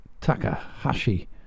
Takahashi